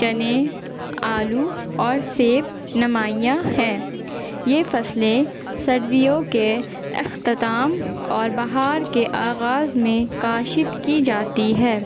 چنے آلو اور سیب نمایاں ہیں یہ فصلیں سردیوں کے اختتام اور بہار کے آغاز میں کاشت کی جاتی ہے